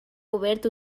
obert